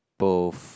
both